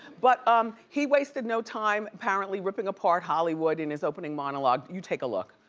but um he wasted no time apparently ripping apart hollywood in his opening monologue. you take a look.